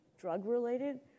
drug-related